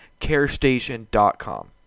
carestation.com